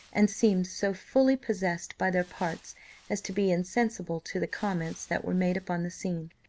and seemed so fully possessed by their parts as to be insensible to the comments that were made upon the scene.